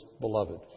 beloved